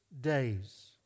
days